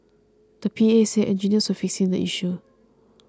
the P A said engineers were fixing the issue